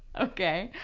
ok,